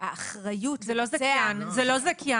שהאחריות --- זה לא זכיין.